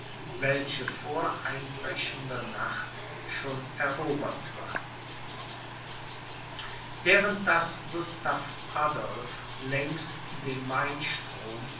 welche vor einbrechender nacht schon erobert war während daß gustav adolph längs dem